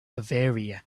bavaria